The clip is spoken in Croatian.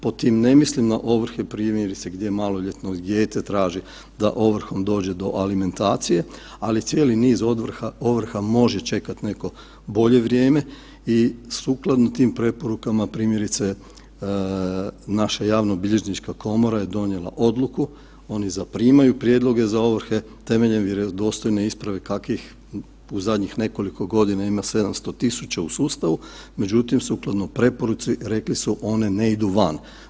Pri tom, ne mislim na ovrhe primjerice, gdje maloljetno dijete traži da ovrhom dođe do alimentacije, ali cijeli niz ovrha može čekati neko bolje vrijeme i sukladno tim preporukama, primjerice, naše Javnobilježnička komora je donijela odluku, oni zaprimaju prijedloge za ovrhe temeljem vjerodostojne isprave kakvih u zadnjih nekoliko godina ima 700 tisuća u sustavu, međutim, sukladno preporuci, rekli su, one ne idu van.